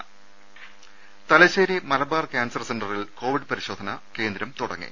രുമ തലശ്ശേരി മലബാർ കാൻസർ സെന്ററിൽ കോവിഡ് പരിശോധന കേന്ദ്രം തുടങ്ങി